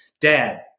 Dad